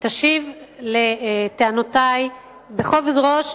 תשיב על טענותי בכובד ראש,